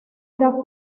era